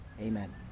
amen